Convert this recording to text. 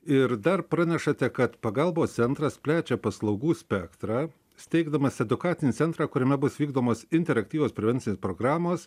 ir dar pranešate kad pagalbos centras plečia paslaugų spektrą steigdamas edukacinį centrą kuriame bus vykdomos interaktyvios prevencinės programos